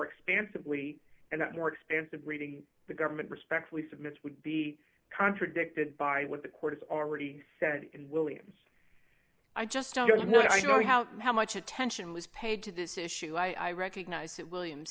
expansively and more expansive reading the government respectfully submitted would be contradicted by what the court has already said in williams i just don't know i know how how much attention was paid to this issue i recognize that williams